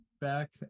Back